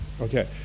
Okay